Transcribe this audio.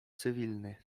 cywilny